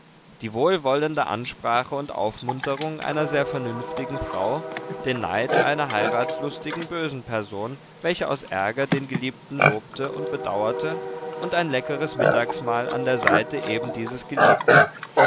die wohlwollende ansprache und aufmunterung einer sehr vernünftigen frau den neid einer heiratslustigen bösen person welche aus ärger den geliebten lobte und bedauerte und ein leckeres mittagsmahl an der seite eben dieses geliebten